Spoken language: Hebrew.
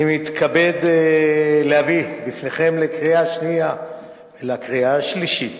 אני מתכבד להביא בפניכם לקריאה שנייה ולקריאה שלישית